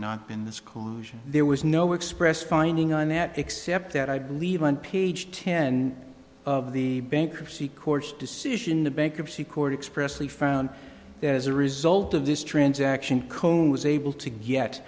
commission there was no express finding on that except that i believe on page ten of the bankruptcy court decision the bankruptcy court expressly found as a result of this transaction cohn was able to get